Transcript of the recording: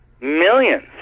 millions